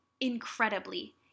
incredibly